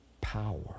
power